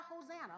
Hosanna